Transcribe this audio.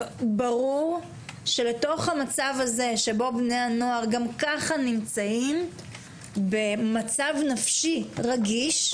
ברור שלתוך המצב הזה שבו בני הנוער גם ככה נמצאים במצב נפשי רגיש,